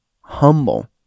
Humble